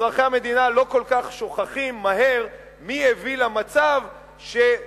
אזרחי המדינה לא שוכחים כל כך מהר מי הביא למצב ששם